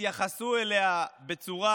התייחסו אליה בצורה